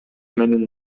менин